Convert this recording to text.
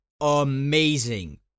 amazing